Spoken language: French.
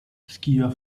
skieur